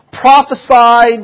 prophesied